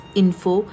info